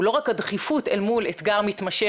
הוא לא רק הדחיפות אל מול אתגר מתמשך